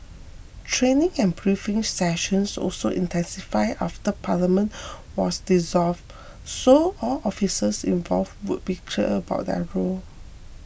training and briefing sessions also intensified after parliament was dissolved so all officers involved would be clear about their role